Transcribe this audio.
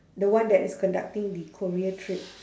the one that is conducting the korea trip